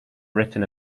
written